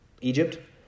Egypt